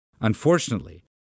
Unfortunately